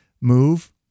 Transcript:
Move